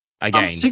again